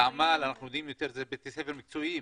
את הבעיה ואת המוקד,